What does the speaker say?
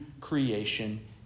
creation